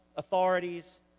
Authorities